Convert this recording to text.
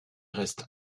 reste